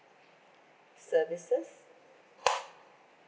services